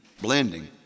blending